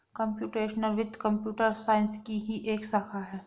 computational वित्त computer science की ही एक शाखा है